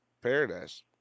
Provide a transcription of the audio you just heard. Paradise